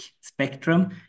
spectrum